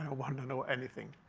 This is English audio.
ah want to know anything.